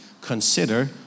consider